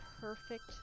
perfect